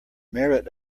merit